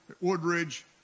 Woodridge